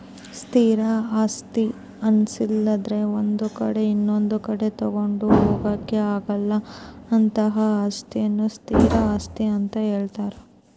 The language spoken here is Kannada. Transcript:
ಸ್ಥಿರ ಆಸ್ತಿ ಅನ್ನಿಸದ್ರೆ ಒಂದು ಕಡೆ ಇನೊಂದು ಕಡೆ ತಗೊಂಡು ಹೋಗೋಕೆ ಆಗಲ್ಲ ಅಂತಹ ಅಸ್ತಿಯನ್ನು ಸ್ಥಿರ ಆಸ್ತಿ ಅಂತ ಹೇಳ್ತಾರೆ